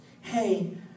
hey